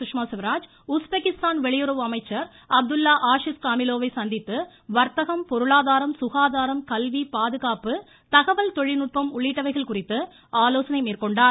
Sushma Swaraj Uzbekistan வெளியுறவு அமைச்சர் Abdulla Aziz காமிலோவை சந்தித்து வர்த்தகம் பொருளாதாரம் சுகாதாரம் கல்வி பாதுகாப்பு தகவல் தொழில்நுட்பம் உள்ளிட்டவைகள் குறித்து ஆலோசனை மேற்கொண்டார்